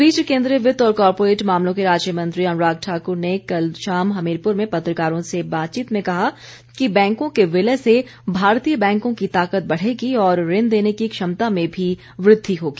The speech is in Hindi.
इस बीच केन्द्रीय वित्त और कॉरपोरेट मामलों के राज्यमंत्री अनुराग ठाकुर ने कल शाम हमीरपुर में पत्रकारों से बातचीत में कहा कि बैंकों के विलय से भारतीय बैंकों की ताकत बढ़ेगी और ऋण देने की क्षमता में भी वृद्धि होगी